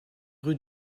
rue